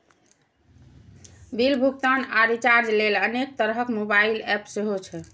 bill भुगतान आ recharge लेल अनेक तरहक मोबाइल एप सेहो छै